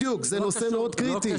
בדיוק, זה נושא מאוד קריטי.